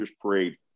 Parade